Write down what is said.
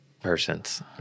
persons